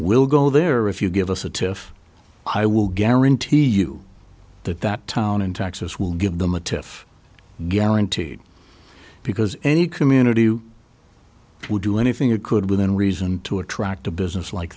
we'll go there if you give us a tour if i will guarantee you that that town in texas will give them a tiff guaranteed because any community would do anything it could within reason to attract a business like